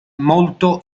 molto